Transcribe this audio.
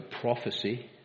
prophecy